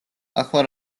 ახლა